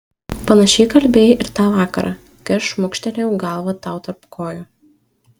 panašiai kalbėjai ir tą vakarą kai aš šmukštelėjau galvą tau tarp kojų